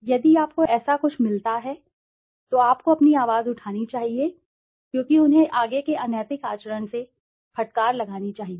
यदि आपको ऐसा कुछ मिलता है तो आपको अपनी आवाज उठानी चाहिए क्योंकि उन्हें आगे के अनैतिक आचरण से फटकार लगानी चाहिए